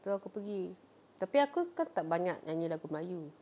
lepas tu aku pergi tapi aku kan tak banyak nyanyi lagu melayu